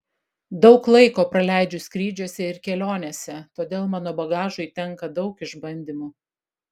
daug laiko praleidžiu skrydžiuose ir kelionėse todėl mano bagažui tenka daug išbandymų